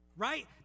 Right